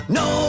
no